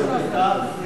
ברשות אדוני,